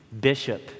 bishop